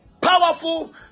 powerful